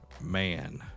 man